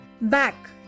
Back